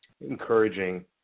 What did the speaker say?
encouraging